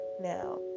Now